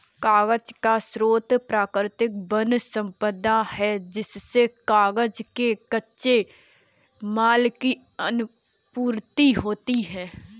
कागज का स्रोत प्राकृतिक वन सम्पदा है जिससे कागज के कच्चे माल की आपूर्ति होती है